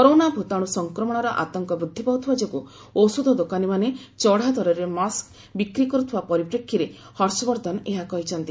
corona ଭୂତାଣୁ ସଂକ୍ରମଣର ଆତଙ୍କ ବୃଦ୍ଧି ପାଉଥିବା ଯୋଗୁଁ ଔଷଧ ଦୋକାନୀମାନେ ଚଢ଼ାଦରରେ ମାସ୍କ ବିକ୍ରି କରୁଥିବା ପରିପ୍ରେକ୍ଷୀରେ ହର୍ଷବର୍ଦ୍ଧନ ଏହା କହିଛନ୍ତି